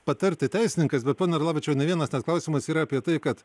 patarti teisininkas bet pone arlavičiau ne vienas toks klausimas yra apie tai kad